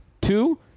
Two